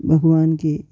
भगवान के